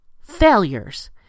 failures